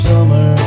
Summer